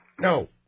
No